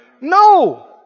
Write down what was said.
no